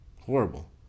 horrible